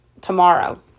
tomorrow